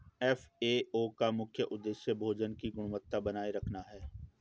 FAO का मुख्य उदेश्य भोजन की गुणवत्ता बनाए रखना है